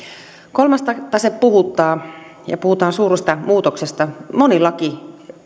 kolmas tase puhuttaa ja puhutaan suuresta muutoksesta moni laki